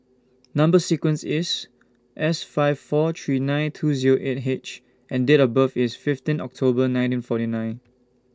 Number sequence IS S five four three nine two Zero eight H and Date of birth IS fifteen October nineteen forty nine